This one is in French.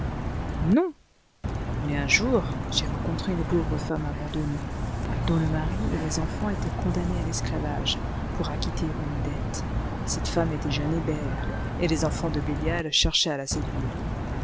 non mais un jour j'ai rencontré une pauvre femme abandonnée dont le mari et les enfants étaient condamnés à l'esclavage pour acquitter une dette cette femme était jeune et belle et les en fants de bélial cherchaient à la séduire